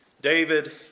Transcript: David